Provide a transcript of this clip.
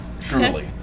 truly